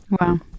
wow